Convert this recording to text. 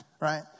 right